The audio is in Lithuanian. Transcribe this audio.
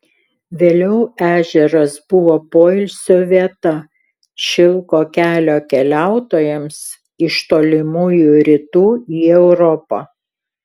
vėliau ežeras buvo poilsio vieta šilko kelio keliautojams iš tolimųjų rytų į europą